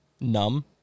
Numb